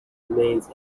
remains